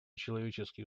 человеческие